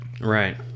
right